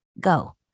Go